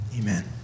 Amen